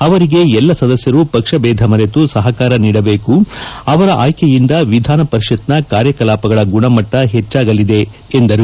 ಅವರಿಗೆ ಎಲ್ಲಾ ಸದಸ್ಯರು ಪಕ್ಷ ಬೇಧ ಮರೆತು ಸಹಕಾರ ನೀಡಬೇಕು ಅವರ ಆಯ್ಲೆಯಿಂದ ವಿಧಾನಪರಿಷತ್ನ ಕಾರ್ಯ ಕಲಾಪಗಳ ಗುಣಮಟ್ಟ ಹೆಚ್ಚಾಗಲಿದೆ ಎಂದರು